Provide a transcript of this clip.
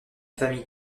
famille